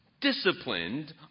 disciplined